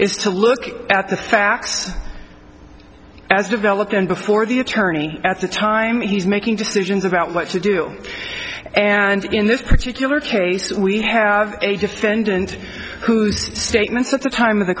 is to look at the facts as developed and before the attorney at the time he's making decisions about what to do and in this particular case we have a defendant who's statements at the time of the